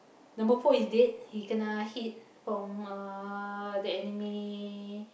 number four is dead he kena hit from uh the enemy